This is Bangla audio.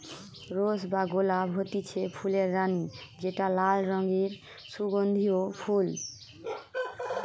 রোস বা গোলাপ হতিছে ফুলের রানী যেটা লাল রঙের সুগন্ধিও ফুল